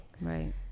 Right